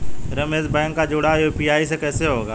Ramesh bank का जुड़ाव UPI से कैसे होगा?